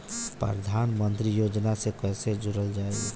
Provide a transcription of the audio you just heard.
प्रधानमंत्री योजना से कैसे जुड़ल जाइ?